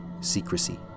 secrecy